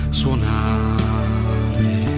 suonare